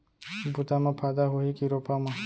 बुता म फायदा होही की रोपा म?